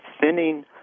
thinning